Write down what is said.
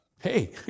Hey